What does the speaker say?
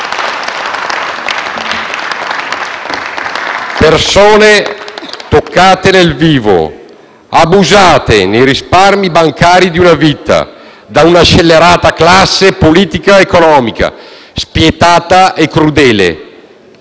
Persone toccate nel vivo, abusate nei risparmi bancari di una vita da una scellerata classe politico-economica spietata e crudele.